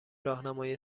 راهنمای